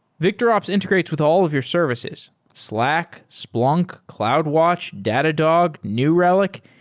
victorops integrates with all of your services slack, splunk, cloudwatch, datadog, new relic,